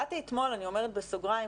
אני אומרת בסוגריים,